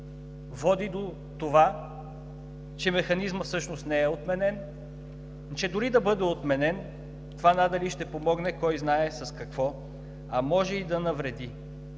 води до това, че Механизмът всъщност не е отменен, че дори и да бъде отменен, това надали ще помогне кой знае с какво, а може и да навреди.